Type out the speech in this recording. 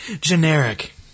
generic